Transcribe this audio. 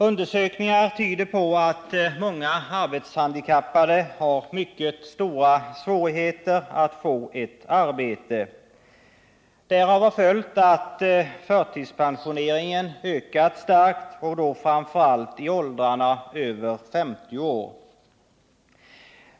Undersökningar tyder på att många arbetshandikappade har mycket stora svårigheter att få ett arbete. Därav har följt att förtidspensioneringen ökat starkt, framför allt i åldrarna över 50 år.